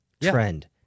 trend